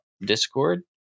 Discord